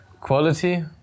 quality